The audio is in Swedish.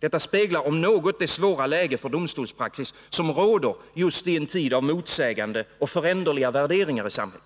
Detta speglar om något det svåra läge för domstolspraxis som råder just i en tid av motsägande och föränderliga värderingar i samhället.